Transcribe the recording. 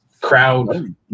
crowd